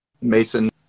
Mason